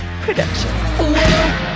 production